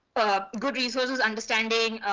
ah good resources, understanding